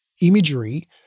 imagery